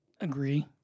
agree